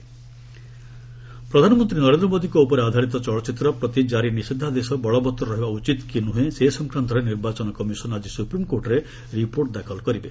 EC PM biopic ପ୍ରଧାନମନ୍ତ୍ରୀ ନରେନ୍ଦ୍ର ମୋଦିଙ୍କ ଉପରେ ଆଧାରିତ ଚଳଚ୍ଚିତ୍ର ପ୍ରତି ଜାରି ନିଷେଦ୍ଧାଦେଶ ବଳବତ୍ତର ରହିବା ଉଚିତ୍ କି ନୁହେଁ ସେ ସଂକ୍ରାନ୍ତରେ ନିର୍ବାଚନ କମିଶନ୍ ଆକି ସୁପ୍ରିମ୍କୋର୍ଟରେ ରିପୋର୍ଟ ଦାଖଲ କରିବେ